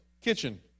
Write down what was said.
kitchen